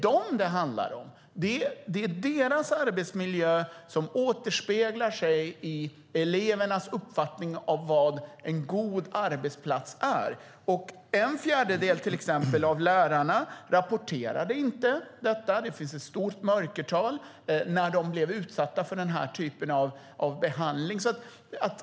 Det är deras arbetsmiljö som återspeglar sig i elevernas uppfattning om vad en god arbetsplats är. En fjärdedel av lärarna rapporterade till exempel inte - det finns ett stort mörkertal - när de blev utsatta för den här typen av behandling.